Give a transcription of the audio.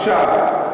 עכשיו,